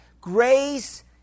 grace